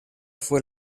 fue